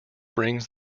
brings